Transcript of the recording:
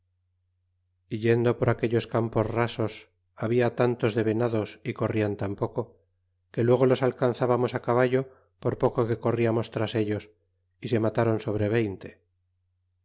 yendo por aquellos campos rasos habita tantos de v enados y corrían tan poco que luego los alcanzábamos acaballo por poco que corriamos tras ellos y se matron sobre veinte